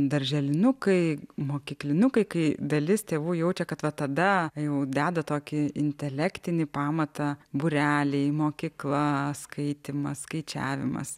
darželinukai mokyklinukai kai dalis tėvų jaučia kad va tada jau deda tokį intelektinį pamatą būreliai mokykla skaitymas skaičiavimas